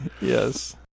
Yes